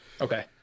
Okay